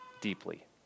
deeply